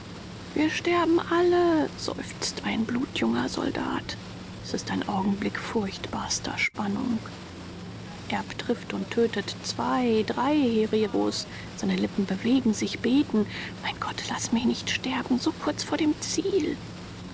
wir sterben alle seufzt ein blutjunger soldat es ist ein augenblick furchtbarster spannung erb trifft und tötet zwei drei hereros und seine lippen bewegen sich beten mein gott laß mich nicht sterben so kurz vor dem ziel